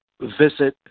visit